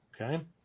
okay